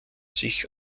sich